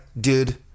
dude